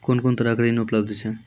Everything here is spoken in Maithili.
कून कून तरहक ऋण उपलब्ध छै?